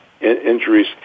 injuries